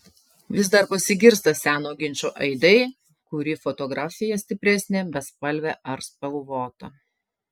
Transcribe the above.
vis dar pasigirsta seno ginčo aidai kuri fotografija stipresnė bespalvė ar spalvota